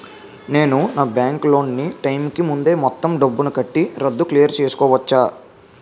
నేను నా bank loan నీ టైం కీ ముందే మొత్తం డబ్బుని కట్టి రద్దు క్లియర్ చేసుకోవచ్చా?